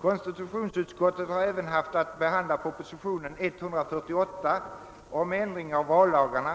Konstitutionsutskottet har också haft att behandla proposition 148 om ändring av vallagarna.